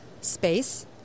space